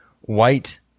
white